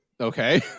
Okay